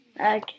Okay